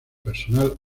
personal